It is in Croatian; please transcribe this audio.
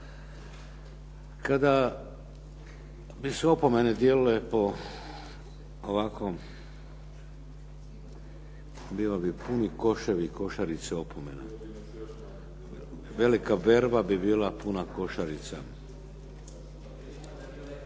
Kada bi se opomene dijelile po ovakvom bili bi puni koševi i košarice opomena. Velika berba bi bila puna košarica.